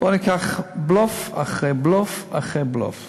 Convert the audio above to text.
בוא ניקח בלוף אחרי בלוף אחרי בלוף.